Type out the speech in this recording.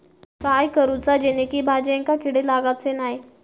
काय करूचा जेणेकी भाजायेंका किडे लागाचे नाय?